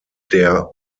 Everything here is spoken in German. der